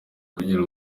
kugira